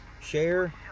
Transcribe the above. share